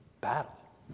battle